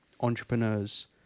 entrepreneurs